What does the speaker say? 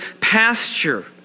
pasture